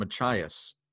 Machias